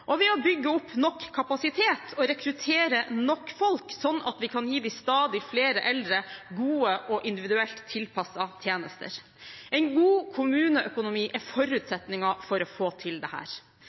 og ved å bygge opp nok kapasitet og rekruttere nok folk, sånn at vi kan gi de stadig flere eldre gode og individuelt tilpassede tjenester. En god kommuneøkonomi er forutsetningen for å få til